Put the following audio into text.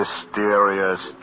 Mysterious